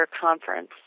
conference